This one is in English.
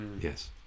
yes